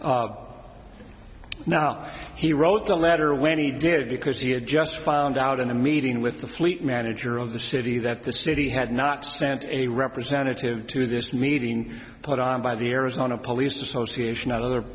now he wrote the letter when he did because he had just found out in a meeting with the fleet manager of the city that the city had not sent a representative to this meeting put on by the arizona police association other